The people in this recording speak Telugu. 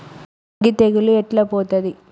అగ్గి తెగులు ఎట్లా పోతది?